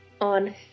on